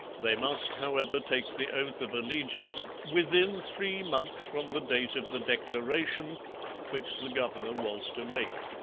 they must, however, take the oath of allegiance within three months from the date of the declaration which the governor was to make.